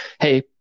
Hey